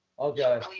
Okay